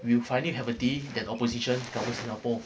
we'll finally have a day that opposition govern singapore